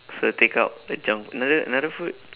so take out the junk another another food